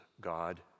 God